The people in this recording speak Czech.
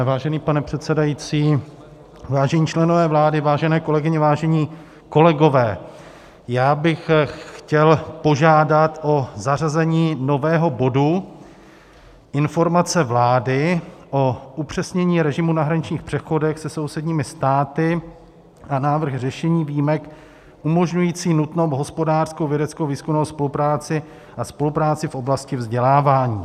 Vážený pane předsedající, vážení členové vlády, vážené kolegyně, vážení kolegové, já bych chtěl požádat o zařazení nového bodu Informace vlády o upřesnění režimu na hraničních přechodech se sousedními státy a návrh řešení výjimek umožňující nutnou hospodářskou, vědeckou a výzkumnou spolupráci a spolupráci v oblasti vzdělávání.